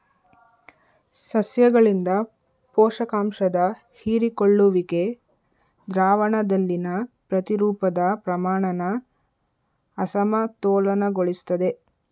ಸಸ್ಯಗಳಿಂದ ಪೋಷಕಾಂಶದ ಹೀರಿಕೊಳ್ಳುವಿಕೆ ದ್ರಾವಣದಲ್ಲಿನ ಪ್ರತಿರೂಪದ ಪ್ರಮಾಣನ ಅಸಮತೋಲನಗೊಳಿಸ್ತದೆ